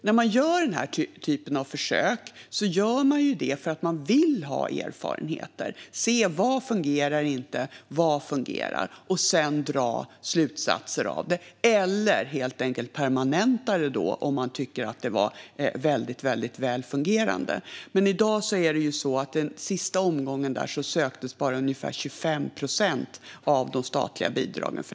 När man gör den här typen av försök är det för att man vill ha erfarenheter och se vad som inte fungerar och vad som fungerar. Sedan drar man slutsatser av det. Alternativt permanentar man det, om man tycker att det var väldigt välfungerande. Men i dag kan vi alltså se att i den sista omgången söktes bara ungefär 25 procent av de statliga bidragen.